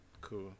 cool